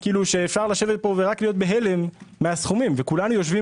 שאפשר לשבת פה ולהיות בהלם מהסכומים וכולנו יושבים